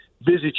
visit